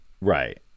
Right